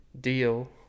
deal